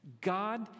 God